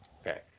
Okay